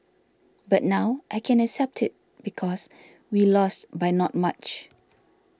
but now I can accept it because we lost by not much